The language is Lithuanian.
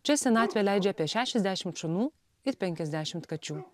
čia senatvę leidžia apie šešiasdešimt šunų ir penkiasdešimt kačių